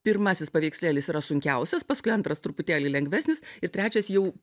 pirmasis paveikslėlis yra sunkiausias paskui antras truputėlį lengvesnis ir trečias jau